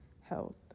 health